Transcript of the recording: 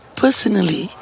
personally